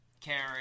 Karen